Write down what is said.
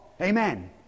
Amen